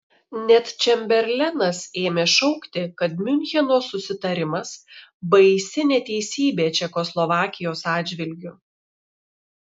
net čemberlenas ėmė šaukti kad miuncheno susitarimas baisi neteisybė čekoslovakijos atžvilgiu